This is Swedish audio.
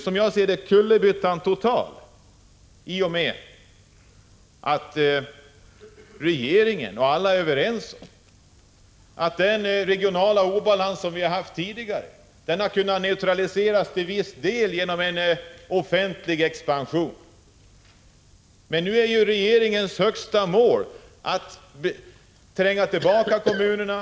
Som jag ser det, blir kullerbyttan total i och med att alla är överens om att den regionala obalans som vi har haft tidigare till viss del har kunnat neutraliseras genom expansion av offentlig verksamhet. Men nu är regeringens högsta mål att tränga tillbaka kommunerna.